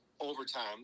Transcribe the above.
overtime